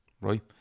Right